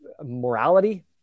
morality